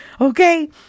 okay